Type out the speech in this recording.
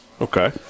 Okay